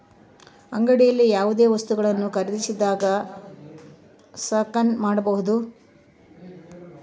ಅಂಗಡಿಯಲ್ಲಿ ಯಾವುದೇ ವಸ್ತುಗಳನ್ನು ಖರೇದಿಸಿದಾಗ ಸ್ಕ್ಯಾನ್ ಮಾಡಬಹುದಾ?